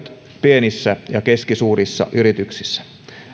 pienissä ja keskisuurissa yrityksissä rkpn